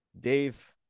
Dave